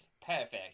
Perfect